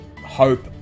Hope